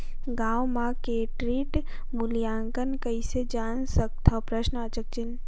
गांव म क्रेडिट मूल्यांकन कइसे जान सकथव?